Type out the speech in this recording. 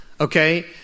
Okay